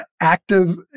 active